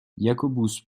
jacobus